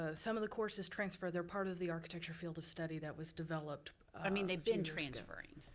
ah some of the courses transfer. they're part of the architecture field of study that was developed i mean they've been transferring.